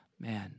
Man